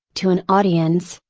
to an audience,